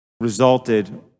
resulted